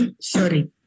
Sorry